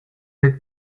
n’êtes